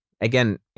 Again